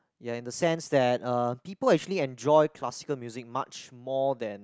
ya in a sense that uh people actually enjoy classical music much more than